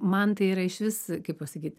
man tai yra išvis kaip pasakyt